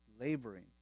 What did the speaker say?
laboring